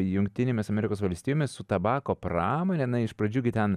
jungtinėmis amerikos valstijomis su tabako pramone na iš pradžių gi ten